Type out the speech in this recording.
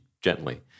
gently